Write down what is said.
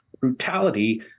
brutality